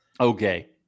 Okay